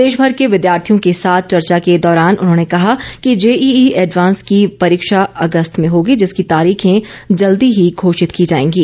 देशभर के विद्यार्थियों के साथ चर्चा के दौरान उन्होंने कहा कि जेईई एडवान्स की परीक्षा अगस्त में होगी जिसकी तारीखें जल्दी ही घोषित की जाएंगी